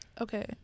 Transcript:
okay